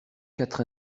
quatre